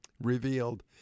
revealed